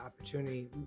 opportunity